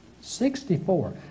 Sixty-four